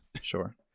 Sure